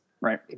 Right